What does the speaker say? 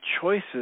choices